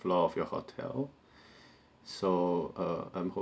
floor of your hotel so err I'm